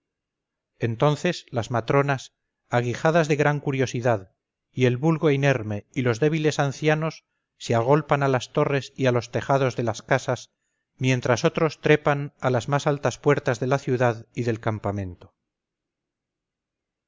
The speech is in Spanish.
entonces las matronas aguijadas de gran curiosidad y el vulgo inerme y los débiles ancianos se agolpan a las torres y a los tejados de las casas mientras otros trepan a las más altas puertas de la ciudad y del campamento